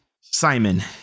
Simon